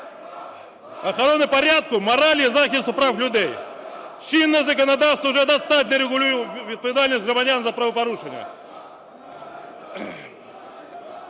охороною порядку, моралі і захисту прав людей. (Шум у залі) Чинне законодавство вже достатньо регулює відповідальність громадян за правопорушення.